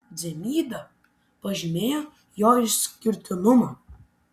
gintautas dzemyda pažymėjo jo išskirtinumą